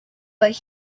but